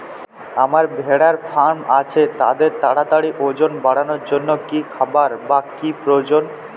আমার ভেড়ার ফার্ম আছে তাদের তাড়াতাড়ি ওজন বাড়ানোর জন্য কী খাবার বা কী প্রয়োজন?